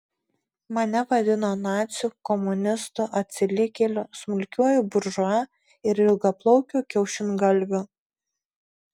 mane vadino naciu komunistu atsilikėliu smulkiuoju buržua ir ilgaplaukiu kiaušingalviu